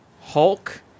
Hulk